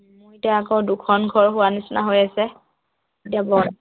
মোৰ এতিয়া আকৌ দুখন ঘৰ হোৱাৰ নিচিনা হৈ আছে এতিয়া বৰ